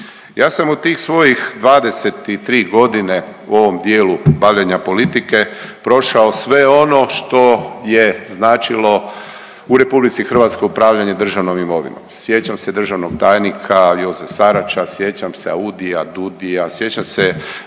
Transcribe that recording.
Ja sam u tih svojih 23.g. u ovom dijelu bavljenja politike prošao sve ono što je značilo u RH upravljanje državnom imovinom. Sjećam se državnog tajnika Joze Sarača, sjećam se Audija, Dudija, sjećam se